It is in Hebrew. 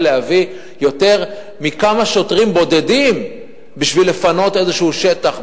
להביא יותר מכמה שוטרים בודדים בשביל לפנות איזה שטח,